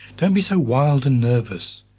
don't be so wild and nervous.